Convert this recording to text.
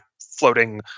floating